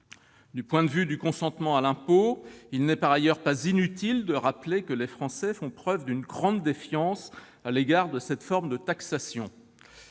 Du point de vue du consentement à l'impôt, il n'est par ailleurs pas inutile de rappeler que les Français font preuve d'une grande défiance à l'égard de cette forme de taxation.